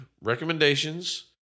recommendations